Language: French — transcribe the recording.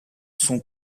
son